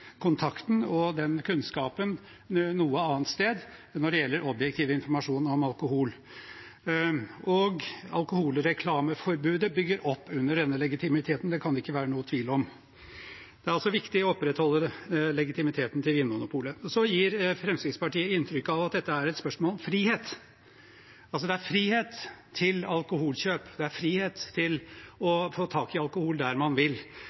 og den kunnskapen noe annet sted når det gjelder objektiv informasjon om alkohol. Alkoholreklameforbudet bygger opp under denne legitimiteten, det kan det ikke være noen tvil om. Det er altså viktig å opprettholde legitimiteten til Vinmonopolet. Så gir Fremskrittspartiet inntrykk av at dette er et spørsmål om frihet, altså at det er frihet til alkoholkjøp, frihet til å få tak i alkohol der man vil.